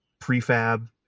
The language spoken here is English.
prefab